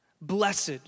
Blessed